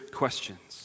questions